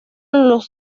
los